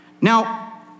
Now